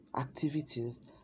activities